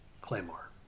Claymore